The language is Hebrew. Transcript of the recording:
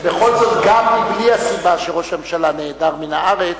גם בלי הסיבה שראש הממשלה נעדר מן הארץ,